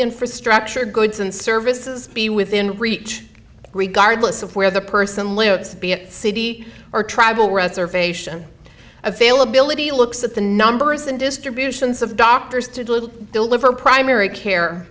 infrastructure goods and services be within reach regardless of where the person lives city or travel reservation availability looks at the numbers and distributions of doctors to do little deliver primary care